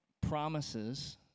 promises